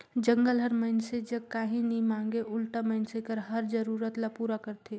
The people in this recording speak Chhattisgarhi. जंगल हर मइनसे जग काही नी मांगे उल्टा मइनसे कर हर जरूरत ल पूरा करथे